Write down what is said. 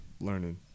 learning